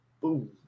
Boom